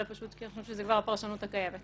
אלא פשוט כי אנחנו חושבים שזאת כבר הפרשנות הקיימת